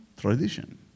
tradition